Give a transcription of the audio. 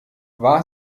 war